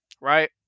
Right